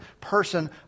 person